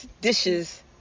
dishes